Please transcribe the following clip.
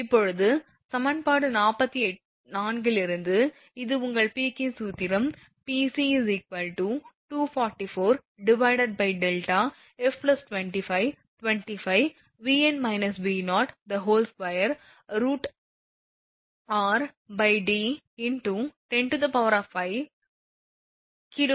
இப்போது சமன்பாடு 44 இலிருந்து இது உங்கள் பீக்கின் சூத்திரம் Pc 244 δ f25 Vn − V0 2 √rD × 10−5kWகிமீகட்டம்